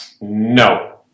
No